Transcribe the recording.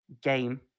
game